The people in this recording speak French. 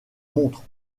montres